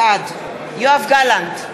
בעד יואב גלנט,